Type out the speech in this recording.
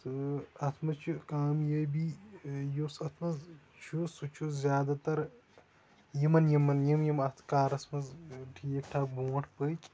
تہٕ اَتھ منٛز چھِ کامیٲبی یُس اَتھ منٛز چھُ سُہ چھُ زیادٕ تَر یِمَن یِمَن یِم یِم اَتھ کارَس منٛز یِم ٹھیٖک ٹھاک برونٛٹھ پٔکۍ